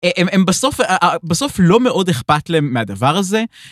הם בסוף. בסוף לא מאוד אכפת להם מהדבר הזה.